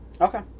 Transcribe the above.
okay